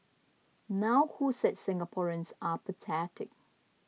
now who said Singaporeans are apathetic